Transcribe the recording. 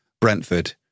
Brentford